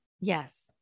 Yes